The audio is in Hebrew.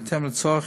בהתאם לצורך,